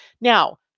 now